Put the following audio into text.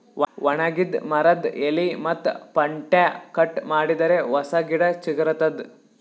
ಒಣಗಿದ್ ಮರದ್ದ್ ಎಲಿ ಮತ್ತ್ ಪಂಟ್ಟ್ಯಾ ಕಟ್ ಮಾಡಿದರೆ ಹೊಸ ಗಿಡ ಚಿಗರತದ್